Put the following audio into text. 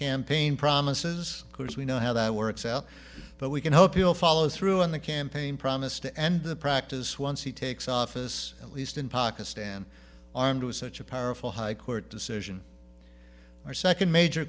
campaign promises because we know how that works out but we can hope he'll follow through on the campaign promise to end the practice once he takes office at least in pakistan armed with such a powerful high court decision our second major